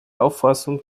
auffassung